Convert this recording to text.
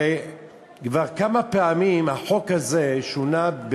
הרי כבר כמה פעמים החוק הזה שונה,